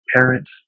parents